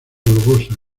globosa